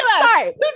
Sorry